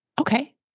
Okay